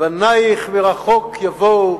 "בניך מרחוק יבאו",